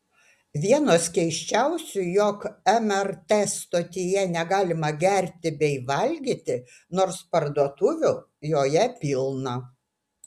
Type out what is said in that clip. vienos keisčiausių jog mrt stotyje negalima gerti bei valgyti nors parduotuvių joje pilna